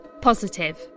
positive